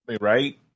Right